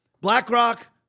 BlackRock